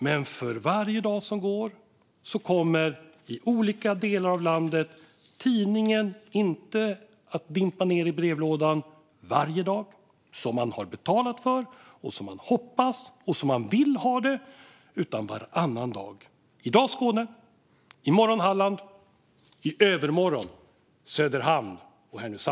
Men för varje dag som går kommer i olika delar av landet tidningen inte att dimpa ned i brevlådan varje dag, som man har betalat för, som man hoppas och som man vill ha det, utan varannan dag. I dag Skåne, i morgon Halland, i övermorgon Söderhamn och Härnösand.